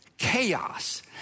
Chaos